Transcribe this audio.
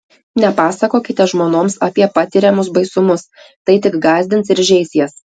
nepasakokite žmonoms apie patiriamus baisumus tai tik gąsdins ir žeis jas